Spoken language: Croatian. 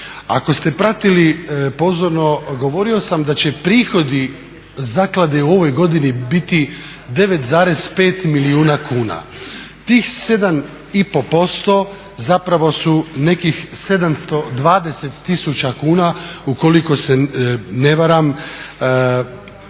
Ako ste pratili pozorno govorio sam da će prihodi zaklade u ovoj godini biti 9,5 milijuna kuna. Tih 7,5% zapravo su nekih 720 000 kuna ukoliko se ne varam